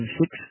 six